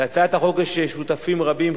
להצעת החוק יש שותפים רבים,